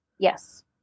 Yes